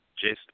Jason